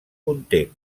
conté